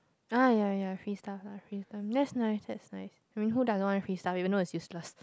uh ya ya free stuff free stuff that's nice that's nice who doesn't want free stuff even though it's useless